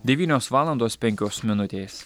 devynios valandos penkios minutės